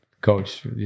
coach